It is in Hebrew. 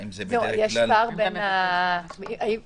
האם אתם